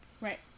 Right